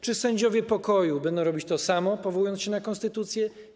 Czy sędziowie pokoju będą robić to samo, powołując się konstytucję?